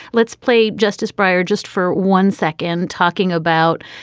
let's play justice breyer just for one second, talking about.